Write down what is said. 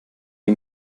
die